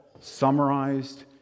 summarized